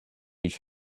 each